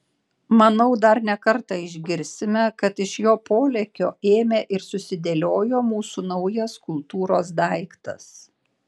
manau dar ne kartą išgirsime kad iš jo polėkio ėmė ir susidėliojo naujas mūsų kultūros daiktas